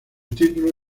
título